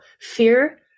fear